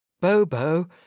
Bobo